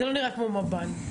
שנשים והקטינים מטופלים,